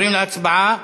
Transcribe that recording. עוברים להצבעה